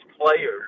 players